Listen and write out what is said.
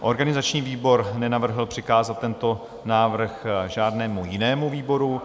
Organizační výbor nenavrhl přikázat tento návrh žádnému jinému výboru.